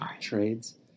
trades